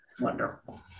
Wonderful